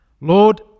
Lord